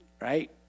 right